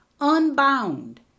unbound